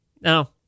No